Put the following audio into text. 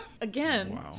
Again